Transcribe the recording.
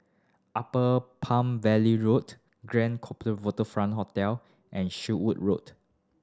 Upper Palm Valley Road Grand Copthorne Waterfront Hotel and Sherwood Road